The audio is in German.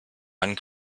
einen